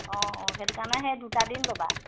অঁ অঁ সেইটো কাৰণে সেই দুটা দিন ল'বা